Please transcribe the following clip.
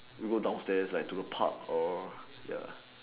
we go downstairs like to go pub or